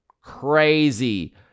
Crazy